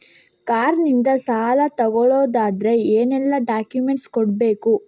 Car ಇಂದ ಸಾಲ ತಗೊಳುದಾದ್ರೆ ಏನೆಲ್ಲ ಡಾಕ್ಯುಮೆಂಟ್ಸ್ ಕೊಡ್ಬೇಕು?